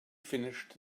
finished